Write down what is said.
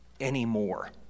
anymore